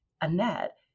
Annette